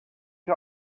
you